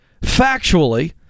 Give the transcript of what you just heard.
factually